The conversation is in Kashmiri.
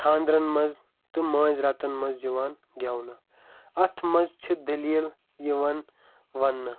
خانٛدرَن منٛز تہٕ مٲنٛزراتن منٛز یِوان گیٚونہٕ اَتھ منٛز چھِ دٔلیل یِوان وَننہٕ